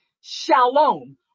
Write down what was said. shalom